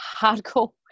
hardcore